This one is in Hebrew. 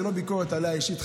זאת לא ביקורת עליה אישית,